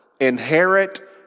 inherit